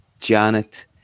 Janet